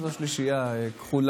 חברי הכנסת, זה נוסח הצהרת